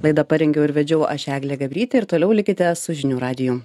laidą parengiau ir vedžiau aš eglė gabrytė ir toliau likite su žinių radiju